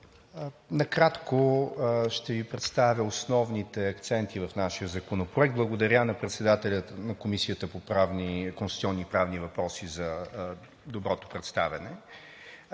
Накратко ще Ви представя основните акценти в нашия законопроект. Благодаря на председателя на Комисията по конституционни и правни въпроси за доброто представяне.